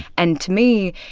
and to me,